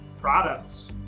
products